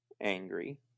angry